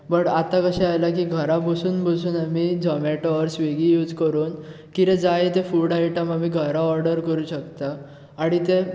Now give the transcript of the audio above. पूण आतां कशें आयलां घरा बसून बसून आमी झोमेटो आनी स्विगी यूज करून कितें जाय तें फूड आयटम आमी घरा ऑर्डर करूंक शकता आनी तें